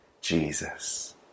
Jesus